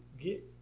get